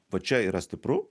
va čia yra stipru